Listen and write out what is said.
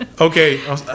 Okay